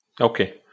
okay